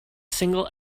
single